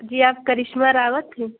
جی آپ کرشمہ راوت ہیں